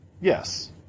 yes